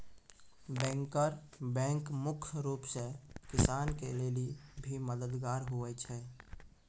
banker bank मुख्य रूप से किसान के लेली भी मददगार हुवै छै